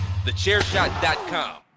TheChairShot.com